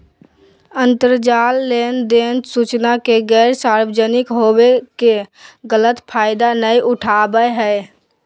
अंतरजाल लेनदेन सूचना के गैर सार्वजनिक होबो के गलत फायदा नयय उठाबैय हइ